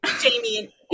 Jamie